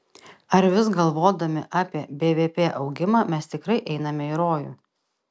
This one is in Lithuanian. ar vis galvodami apie bvp augimą mes tikrai einame į rojų